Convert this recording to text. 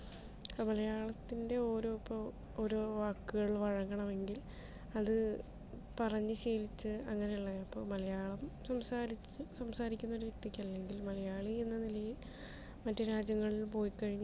മലയാളത്തിന്റെ ഓരോ ഇപ്പോൾ ഓരോ വാക്കുകൾ വഴങ്ങണമെങ്കിൽ അത് പറഞ്ഞു ശീലിച്ച അങ്ങനെയുള്ള ഇപ്പോൾ മലയാളം സംസാരിച്ച സംസാരിക്കുന്ന ഒരു വ്യക്തിക്ക് അല്ലെങ്കിൽ മലയാളി എന്ന നിലയിൽ മറ്റു രാജ്യങ്ങളിൽ പോയിക്കഴിഞ്ഞ് കഴിഞ്ഞാൽ